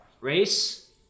race